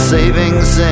Savings